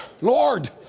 Lord